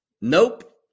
Nope